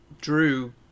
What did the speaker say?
drew